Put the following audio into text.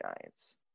Giants